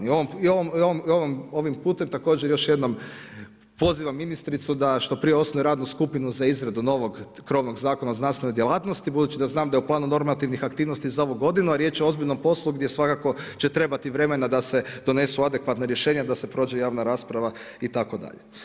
I ovim putem također još jednom pozivam ministricu da što prije osnuje radnu skupinu za izradu novo krovnog zakona o znanstvenoj djelatnosti, budući da znam da je u planu normativnih aktivnosti za ovu godinu, a riječ je o ozbiljnom poslu gdje će svakako trebati vremena da se donesu adekvatna rješenja da se prođe javna rasprava itd.